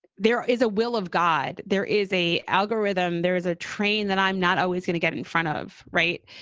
there is a will of god. there is a algorithm, there is a train that i'm not always going to get in front of. right.